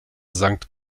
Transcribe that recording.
sankt